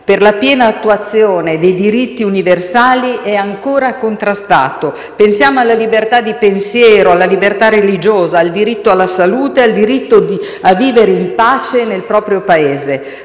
per la piena attuazione dei diritti universali è ancora contrastato. Pensiamo alla libertà di pensiero, alla libertà religiosa, al diritto alla salute ed al diritto a vivere in pace nel proprio Paese.